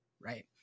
right